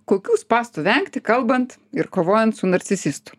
kokių spąstų vengti kalbant ir kovojant su narcisistu